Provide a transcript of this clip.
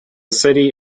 city